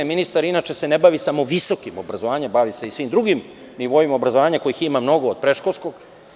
Ministar se inače ne bavi samo visokim obrazovanjem, bavi se i svim drugim nivoima obrazovanja kojih ima mnogo od pretškolskog.